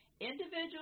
Individual